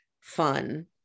fun